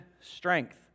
strength